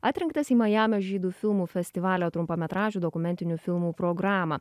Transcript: atrinktas į majamio žydų filmų festivalio trumpametražių dokumentinių filmų programą